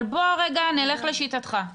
אבל בוא רגע נלך לשיטתך.